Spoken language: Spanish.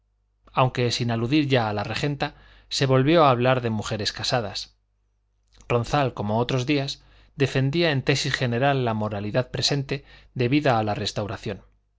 aunque sin aludir ya a la regenta se volvió a hablar de mujeres casadas ronzal como otros días defendía en tesis general la moralidad presente debida a la restauración